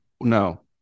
no